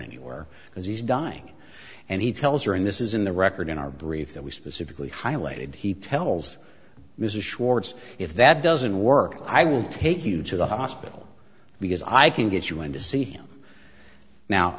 anywhere because he's dying and he tells her and this is in the record in our brief that we specifically highlighted he tells mr schwartz if that doesn't work i will take you to the hospital because i can get you in to see him now